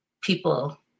people